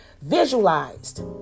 visualized